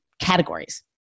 categories